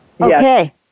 Okay